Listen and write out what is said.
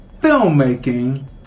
Filmmaking